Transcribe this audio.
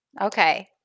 Okay